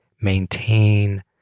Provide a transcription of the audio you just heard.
Maintain